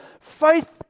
Faith